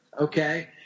Okay